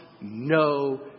no